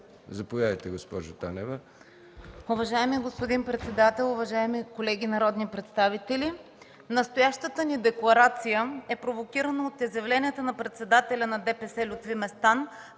заповядайте, госпожо Танева.